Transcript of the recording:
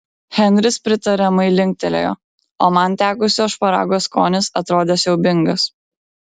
henris pritariamai linktelėjo o man tekusio šparago skonis atrodė siaubingas